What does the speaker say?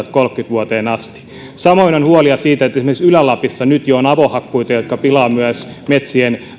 vuoteen kaksituhattakolmekymmentä asti samoin on huolia siitä että esimerkiksi ylä lapissa on jo nyt avohakkuita jotka pilaavat myös metsien